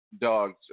dogs